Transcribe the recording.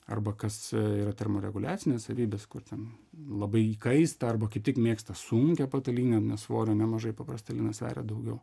arba kas yra termoreguliacinės savybės kur ten labai įkaista arba kaip tik labai mėgsta sunkią patalynę nes svorio nemažai paprastai linas sveria daugiau